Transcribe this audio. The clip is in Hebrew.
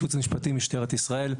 ייעוץ משפטי משטרת ישראל.